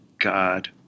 God